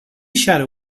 shadow